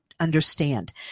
understand